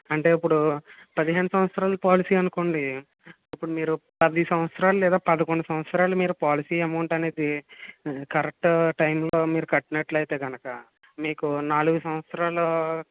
అంటే ఇప్పుడు పదిహేను సంవత్సరాల పోలసి అనుకోండి ఇప్పుడు మీరు పది సంవత్సరాలు లేదా పదకొండు సంవత్సరాలు మీరు పోలసి అమౌంట్ అనేది కరెక్ట్ టైమ్లో మీరు కట్టినట్లైతే కనుక మీకు నాలుగు సంవత్సరాలు